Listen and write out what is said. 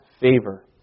favor